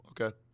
okay